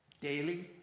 daily